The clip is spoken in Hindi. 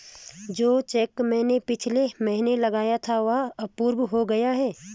जो चैक मैंने पिछले महीना लगाया था वह अप्रूव हो गया है